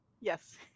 Yes